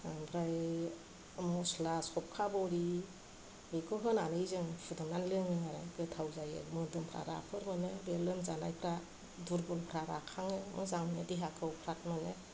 ओमफ्राय मस्ला सबखा बरि बेखौ होनानै जों फुदुंनानै लोङो आरो गोथाव जायो मोदोमफोरा राफोर मोनो बे लोमजानायफ्रा दुरबलफ्रा राखाङो देहाफ्रा फ्राद मोनो